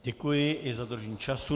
Děkuji i za dodržení času.